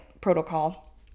protocol